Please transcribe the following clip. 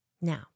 Now